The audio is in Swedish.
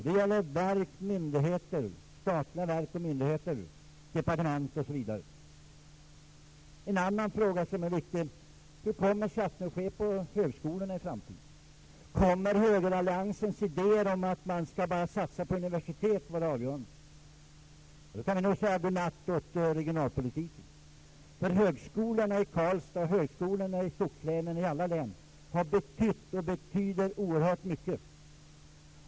Det gäller statliga verk, myndigheter, departement osv. En annan viktig fråga är hur satsningarna på högskolorna kommer att ske i framtiden. Kommer högeralliansens idéer om att man bara skall satsa på universiteten vara det avgörande, då kan vi nog säga god natt till regionalpolitiken, för högskolan i Karlstad och högskolorna i skogslänen och alla andra län har betytt och betyder oerhört mycket.